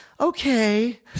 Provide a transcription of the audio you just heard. okay